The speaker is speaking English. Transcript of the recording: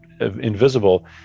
invisible